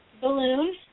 balloon